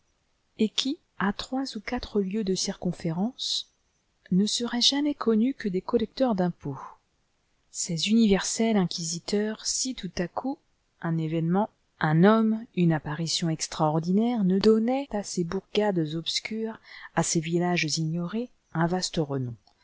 et qui à trois ou quatre lieues de circonférence ne seraient jamais connues que des collecteurs d'impôts ces universels inquisiteurs si tout à coup un événement un homme une apparition extraordinaire ne donnait à ces bourgades obscures à ces villages ignorés un vaste renom